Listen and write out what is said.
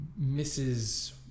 Mrs